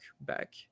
back